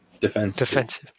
Defensive